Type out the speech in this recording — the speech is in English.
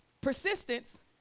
persistence